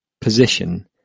position